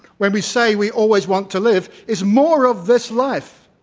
when we say we always want to live is more of this life,